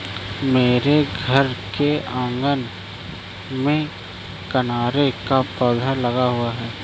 मेरे घर के आँगन में कनेर का पौधा लगा हुआ है